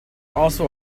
also